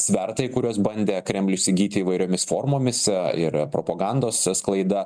svertai kuriuos bandė kremlius įgyti įvairiomis formomis ir propagandos sklaida